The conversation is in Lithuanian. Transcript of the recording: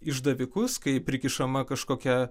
išdavikus kai prikišama kažkokia